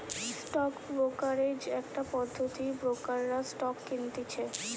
stock brokerage একটা পদ্ধতি ব্রোকাররা স্টক কিনতেছে